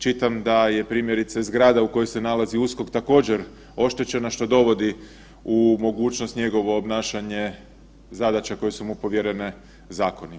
Čitam da je primjerice zgrada u kojoj se nalazi USKOK također oštećena što dovodi u mogućnost njegovo obnašanje zadaća koje su mu povjerene zakonom.